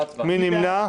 מי נמנע?